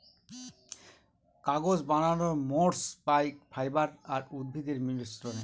কাগজ বানানর সোর্স পাই ফাইবার আর উদ্ভিদের মিশ্রনে